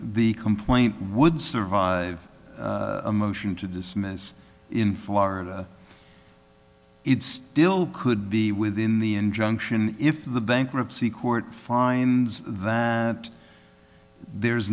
the complaint would survive a motion to dismiss in florida it still could be within the injunction if the bankruptcy court finds that there